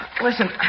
Listen